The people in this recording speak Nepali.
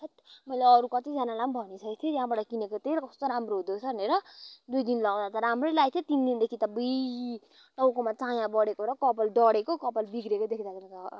थेत् मैले अरू कत्ति जनालाई पनि भनिसकेको थिएँ त्यहाँबाट किनेको तेल कस्तो राम्रो हुँदो रहेस भनेर दुई दिन लाउँदा त राम्रै लागेको थियो तिन दिनदेखि त अब्बुइ टाउकोमा चायाँ बढेको र कपाल डढेको कपाल बिग्रेको देख्दा त म त